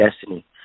destiny